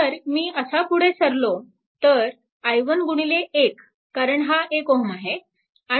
तर मी असा पुढे सरलो तर i1 गुणिले 1 कारण हा 1 Ω आहे